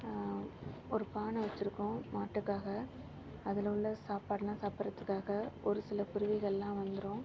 ஒரு பானை வச்சிருக்கோம் மாட்டுக்காக அதில் உள்ள சாப்பாடுலாம் சாப்புடுறதுக்காக ஒரு சில குருவிகள்லாம் வந்துரும்